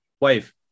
Wave